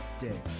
Day